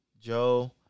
Joe